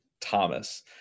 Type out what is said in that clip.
Thomas